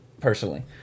personally